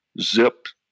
zipped